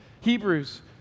Hebrews